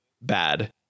bad